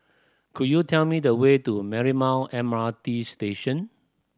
could you tell me the way to Marymount M R T Station